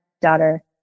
daughter